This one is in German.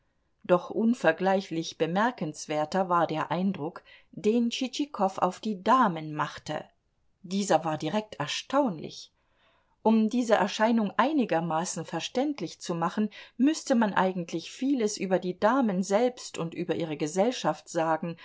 doch unvergleichlich bemerkenswerter war der eindruck den tschitschikow auf die damen machte dieser war direkt erstaunlich um diese erscheinung einigermaßen verständlich zu machen müßte man eigentlich vieles über die damen selbst und über ihre gesellschaft sagen